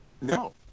No